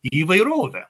į įvairovę